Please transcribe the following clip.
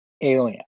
alien